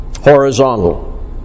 Horizontal